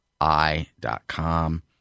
i.com